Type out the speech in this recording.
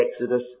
Exodus